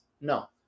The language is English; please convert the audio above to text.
No